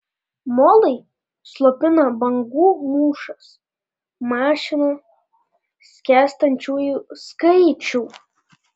molai slopina bangų mūšas mažina skęstančiųjų skaičių